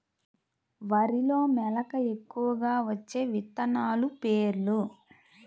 వరిలో మెలక ఎక్కువగా వచ్చే విత్తనాలు పేర్లు?